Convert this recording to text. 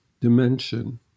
dimension